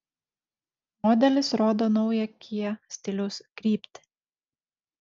modelis rodo naują kia stiliaus kryptį